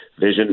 Vision